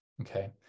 Okay